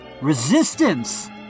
Resistance